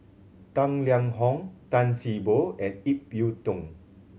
Tang Liang Hong Tan See Boo and Ip Yiu Tung